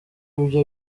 ibyo